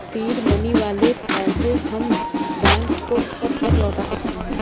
Seed money वाले पैसे हम बैंक को कब तक लौटा सकते हैं?